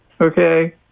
Okay